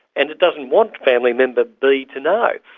and it doesn't want family member b to know.